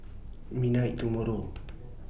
midnight tomorrow